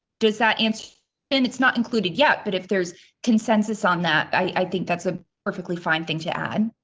does that answer and it's not included yet, but if there's consensus on that, i think that's a perfectly fine thing to add.